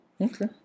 Okay